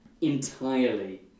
entirely